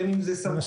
בין אם זה סמכויות,